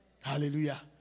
Hallelujah